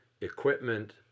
equipment